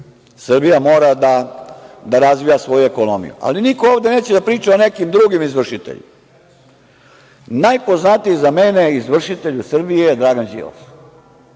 Srbija mora da razvija svoju ekonomiju, ali niko ovde neće da priča o nekim drugim izvršiteljima. Najpoznatiji za mene izvršitelj u Srbiji Dragan Đilas.